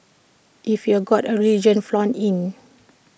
if you've got A religion flaunt in